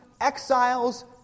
exiles